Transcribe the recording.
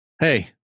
Hey